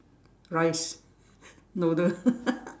rice noodle